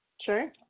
sure